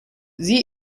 sie